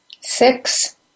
Six